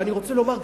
ואני רוצה לומר,